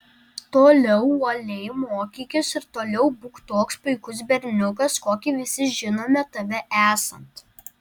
toliau uoliai mokykis ir toliau būk toks puikus berniukas kokį visi žinome tave esant